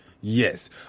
Yes